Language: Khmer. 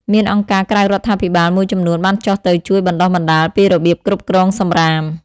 មានអង្គការក្រៅរដ្ឋាភិបាលមួយចំនួនបានចុះទៅជួយបណ្តុះបណ្តាលពីរបៀបគ្រប់គ្រងសំរាម។